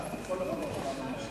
לפינוי מוקשים,